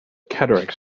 cataracts